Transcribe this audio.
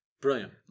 Brilliant